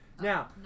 Now